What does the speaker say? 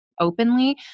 openly